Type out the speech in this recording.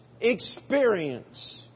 experience